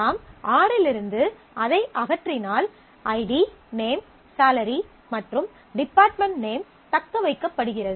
நாம் R இலிருந்து அதை அகற்றினால் ஐடி நேம் சாலரி மற்றும் டிபார்ட்மென்ட் நேம் தக்கவைக்கப்படுகிறது